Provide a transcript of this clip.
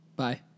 Bye